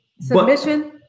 Submission